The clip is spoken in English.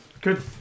good